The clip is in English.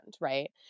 Right